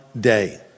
day